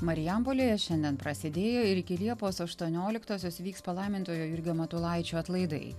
marijampolėje šiandien prasidėjo ir iki liepos aštuonioliktosios vyks palaimintojo jurgio matulaičio atlaidai